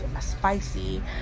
spicy